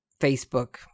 Facebook